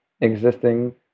existing